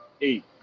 eight